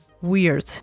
weird